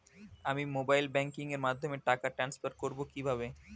আমি mobile banking এর মাধ্যমে টাকা টান্সফার করব কিভাবে?